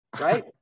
right